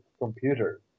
computer